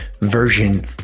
version